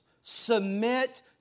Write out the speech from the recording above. Submit